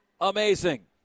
amazing